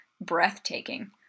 breathtaking